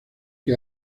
que